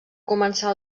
començar